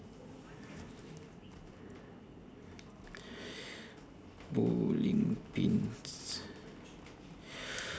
bowling pins